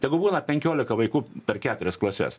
tegu būna penkiolika vaikų per keturias klases